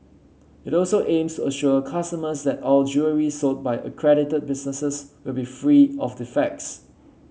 it also aims assure consumers that all jewellery sold by accredited businesses will be free of defects